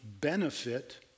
benefit